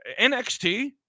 NXT